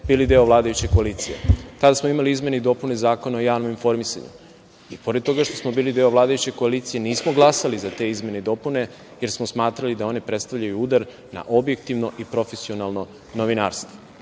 bili deo vladajuće koalicije. Tada smo imali izmene i dopune Zakona o javnom informisanju. I pored toga što smo bili deo vladajuće koalicije, nismo glasali za te izmene i dopune, jer smo smatrali da one predstavljaju udar na objektivno i profesionalno novinarstvo. Dakle,